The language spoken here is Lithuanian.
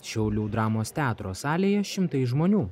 šiaulių dramos teatro salėje šimtai žmonių